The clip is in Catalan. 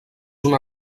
una